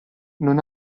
non